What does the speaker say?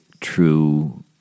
true